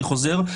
אני חוזר,